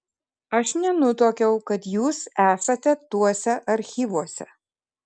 aš nenutuokiau kad jūs esate tuose archyvuose